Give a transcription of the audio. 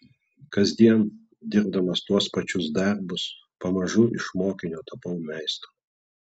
kasdien dirbdamas tuos pačius darbus pamažu iš mokinio tapau meistru